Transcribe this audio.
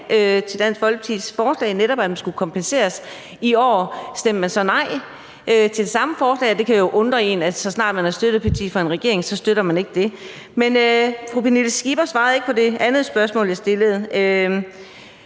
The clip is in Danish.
til Dansk Folkepartis forslag om, at der skulle kompenseres; i år stemte man så nej til det samme forslag, og det kan jo undre en, at så snart man er støtteparti for en regering, støtter man det ikke. Men fru Pernille Skipper svarede ikke på det andet spørgsmål, jeg stillede.